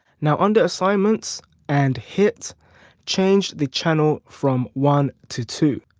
now under assignments and hit change the channel from one to two.